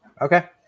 Okay